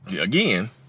again